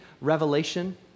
Revelation